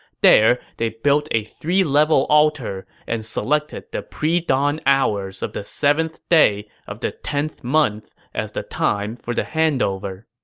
there, they built a three-level altar and selected the pre-dawn hours of the seventh day of the tenth month as the time for the handover